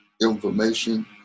information